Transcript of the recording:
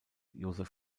joseph